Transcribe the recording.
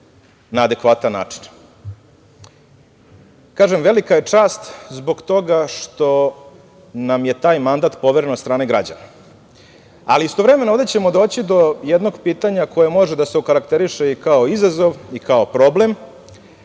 na adekvatan način. Kažem, velika je čast, zbog toga što nam je taj mandat poveren od strane građana, ali istovremeno ovde ćemo doći do jednog pitanja koje može da se okarakteriše i kao izazov i kao problem,